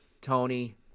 Tony